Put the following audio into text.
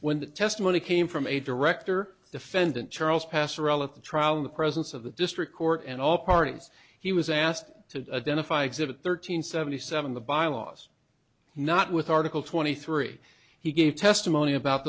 when the testimony came from a director defendant charles pastoral of the trial in the presence of the district court and all parties he was asked to identify exhibit thirteen seventy seven the bylaws not with article twenty three he gave testimony about